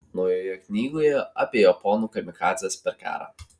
naujoje knygoje apie japonų kamikadzes per karą